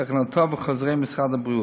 בתקנותיו ובחוזרי משרד הבריאות.